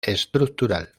estructural